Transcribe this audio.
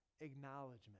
acknowledgement